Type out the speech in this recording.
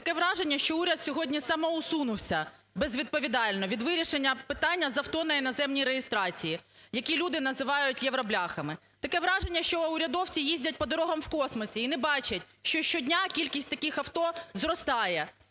таке враження, що уряд сьогодні самоусунувся безвідповідально від вирішення питання з авто на іноземній реєстрації, які люди називають "євробляхами". Таке враження, що урядовці їздять по дорогам в космосі і на бачать, що щодня кількість таких авто зростає